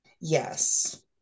Yes